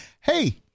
Hey